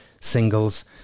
singles